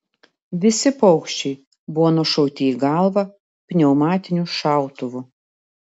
visi paukščiai buvo nušauti į galvą pneumatiniu šautuvu